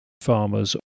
farmers